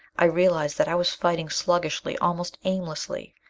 i realized that i was fighting sluggishly, almost aimlessly.